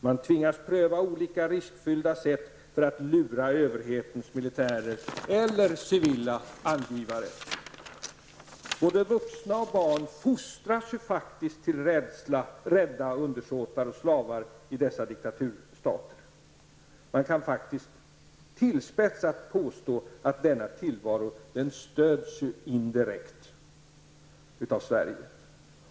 Man tvingas pröva olika riskfyllda sätt för att lura överhetens militärer eller civila angivare. Både vuxna och barn fostras faktiskt till rädsla -- rädda undersåtar och slavar -- i dessa diktaturstater. Man kan faktiskt tillspetsat påstå att denna tillvaro indirekt stöds av Sverige.